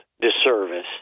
disservice